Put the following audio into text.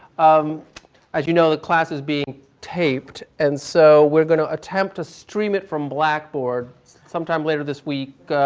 um as you know, the class is being taped, and so we're going to attempt to stream it from blackboard sometime later this week